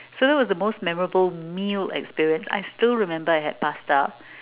so that was the most memorable meal experience I still remember I had pasta